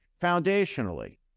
foundationally